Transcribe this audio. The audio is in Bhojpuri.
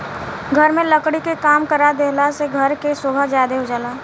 घर में लकड़ी के काम करवा देहला से घर के सोभा ज्यादे हो जाला